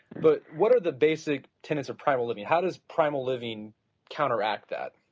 but what are the basic tenets of primal living, how does primal living counteract that?